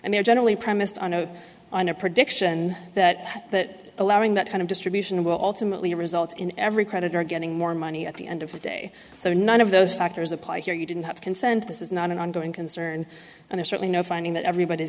and they are generally premised on a on a prediction that that allowing that kind of distribution will ultimately result in every creditor getting more money at the end of the day so none of those factors apply here you didn't have consent this is not an ongoing concern and certainly no finding that everybody